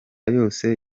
yose